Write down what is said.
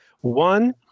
One